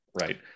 right